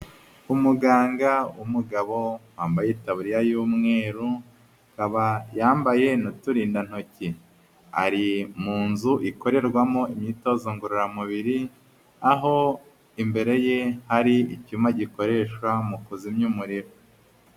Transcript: Umuganga w'umugabo wambaye itaburiya y'umweru, akaba yambaye n'uturindantoki, ari mu nzu ikorerwamo imyitozo ngororamubiri, aho imbere ye hari icyuma gikoreshwa mu kuzimya umuriro.